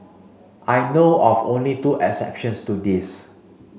I know of only two exceptions to this